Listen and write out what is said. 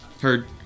Heard